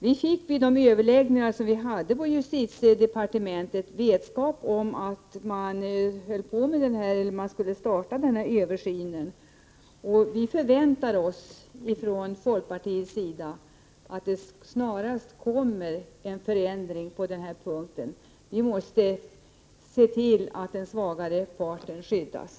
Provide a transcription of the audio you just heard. Vi fick vid de överläggningar som vi hade på justitiedepartementet vetskap om att man skulle starta den här översynen, och vi förväntar oss från folkpartiets sida att det snarast kommer en förändring på den här punkten. Vi måste se till att den svagare parten skyddas.